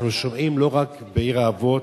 אנחנו שומעים, לא רק בעיר האבות,